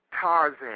Tarzan